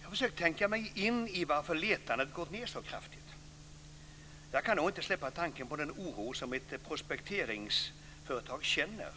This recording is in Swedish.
Jag har försökt tänka mig in i varför letandet minskat så kraftigt. Jag kan då inte släppa tanken på den oro som ett prospekteringsföretag känner